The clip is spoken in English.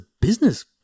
business